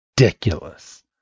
ridiculous